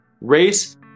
race